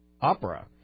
opera